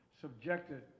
subjected